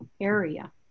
area